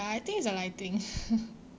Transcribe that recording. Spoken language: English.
I think it's the lighting